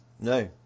No